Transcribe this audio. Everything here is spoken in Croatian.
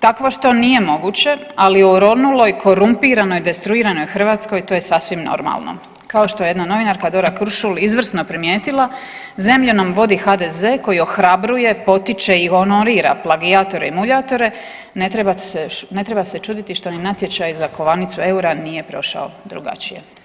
takvo što nije moguće, ali u oronuloj, korumpiranoj, destruiranoj Hrvatskoj to je sasvim normalno, kao što je jedna novinarka Dora Krušul izvrsno primijetila, zemlju nam vodi HDZ koji ohrabruje, potiče i vonorira plagijatore i muljatore, ne trebate se čuditi što ni natječaj za kovanicu EUR-a nije prošao drugačije.